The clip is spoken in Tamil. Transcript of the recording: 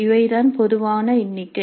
இவைதான் பொதுவான எண்ணிக்கை